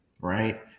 right